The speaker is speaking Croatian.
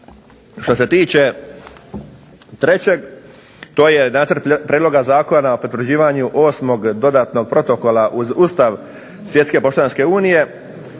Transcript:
Što se tiče trećeg, to je nacrt prijedloga Zakona o potvrđivanju osmog dodatnog protokola uz Ustav Svjetske poštanske unije.